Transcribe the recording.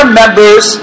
members